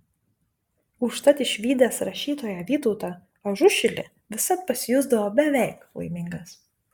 užtat išvydęs rašytoją vytautą ažušilį visad pasijusdavo beveik laimingas